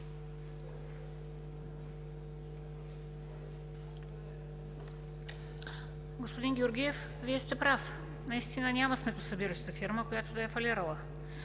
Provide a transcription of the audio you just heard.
Господин Георгиев, Вие сте прав. Наистина няма сметосъбираща фирма, която да е фалирала.